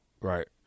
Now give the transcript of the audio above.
Right